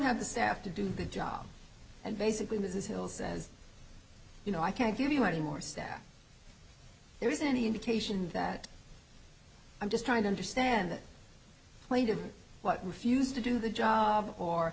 have the staff to do the job and basically this is hill says you know i can't give you any more staff there is any indication that i'm just trying to understand that plaintive but refused to do the job or